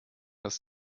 dass